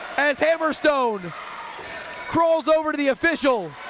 as hammerstone crawls over to the official